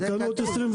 בתקנות 22'